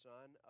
Son